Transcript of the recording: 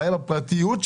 בעיה בפרטיות,